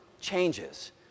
changes